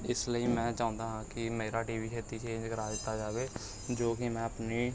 ਇਸ ਲਈ ਮੈਂ ਚਾਹੁੰਦਾ ਹਾਂ ਕਿ ਮੇਰਾ ਟੀ ਵੀ ਛੇਤੀ ਚੇਂਜ ਕਰਾ ਦਿੱਤਾ ਜਾਵੇ ਜੋ ਕਿ ਮੈਂ ਆਪਣੀ